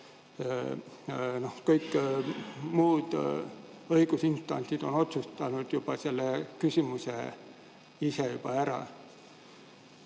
kõik muud õigusinstantsid on otsustanud selle küsimuse ise juba ära.